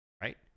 Right